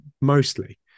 mostly